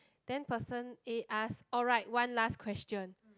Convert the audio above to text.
then person A ask alright one last question